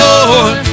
Lord